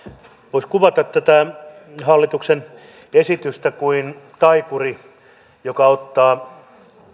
voisi kuvata tätä hallituksen esitystä kuin taikuri joka ottaa